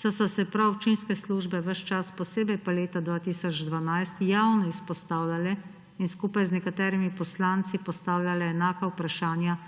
saj so se prav občinske službe ves čas, posebej pa leta 2012, javno izpostavljale in skupaj z nekaterimi poslanci postavljale enaka vprašanja,